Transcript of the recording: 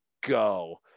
go